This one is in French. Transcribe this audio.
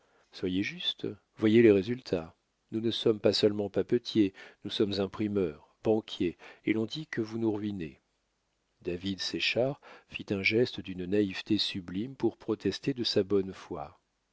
soyez juste voyez les résultats nous ne sommes pas seulement papetiers nous sommes imprimeurs banquiers et l'on dit que vous nous ruinez david séchard fit un geste d'une naïveté sublime pour protester de sa bonne foi